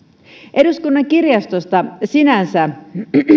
eduskunnan kirjastosta sinänsä